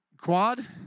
Quad